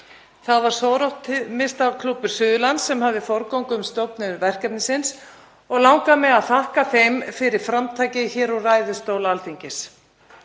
Það var Soroptimistaklúbbur Suðurlands sem hafði forgöngu um stofnun verkefnisins og langar mig að þakka þeim fyrir framtakið hér úr ræðustóli Alþingis.